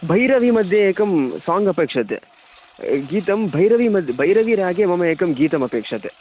भैरवीमध्ये एकं सोङ्ग् अपेक्षते गीतं भैरवीमध्ये भैरवी रागे मम एकं गीतमपेक्षते